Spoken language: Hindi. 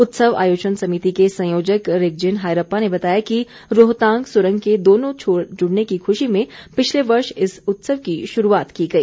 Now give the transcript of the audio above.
उत्सव आयोजन समिति के संयोजक रिगजिन हायरप्पा ने बताया कि रोहतांग सुरंग के दोनों छोर जुड़ने की खुशी में पिछले वर्ष से इस उत्सव की शुरूआत की गई